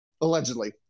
allegedly